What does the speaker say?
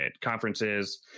conferences